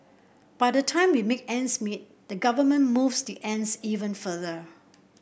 by the time we make ends meet the government moves the ends even further